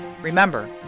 Remember